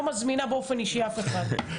אני לא מזמינה באופן אישי אף אחד.